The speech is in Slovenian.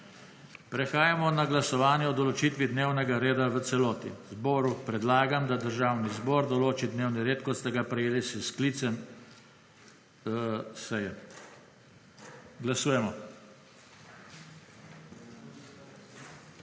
Prehajamo na glasovanje o določitvi dnevnega reda v celoti. Zboru predlagam, da Državni zbor določi dnevni red kot ste ga prejeli s sklicem seje. Glasujemo.